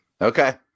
Okay